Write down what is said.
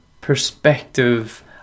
perspective